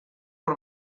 hor